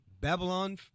Babylon